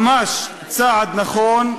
ממש צעד נכון.